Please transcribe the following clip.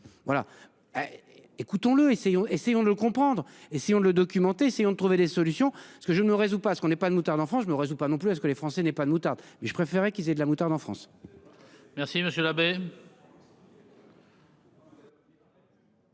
Essayons, essayons de le comprendre et si on ne le documenter sait-on de trouver des solutions parce que je ne me résous pas à ce qu'on n'ait pas de moutarde. En France, je ne me résous pas non plus à ce que les Français n'aient pas moutarde. Je préférerais qu'il faisait de la moutarde en France. Merci monsieur l'abbé.